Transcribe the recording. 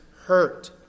hurt